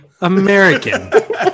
American